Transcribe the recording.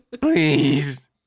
please